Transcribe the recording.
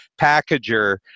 packager